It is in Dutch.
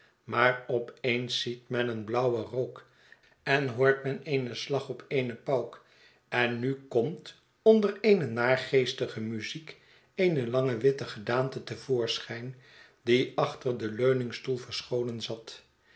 maar op eens ziet men een blauwen rook en hoort men een slag op eene m schetsen van boz pauk en nu komt onder eene naargeestige muziek eene lange witte gedaante te voorschijn die achter den leuningstoel verscholen zat